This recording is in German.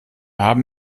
haben